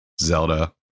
zelda